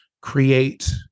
create